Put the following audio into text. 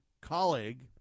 colleague